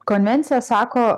konvencija sako